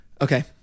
Okay